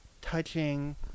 touching